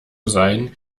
sein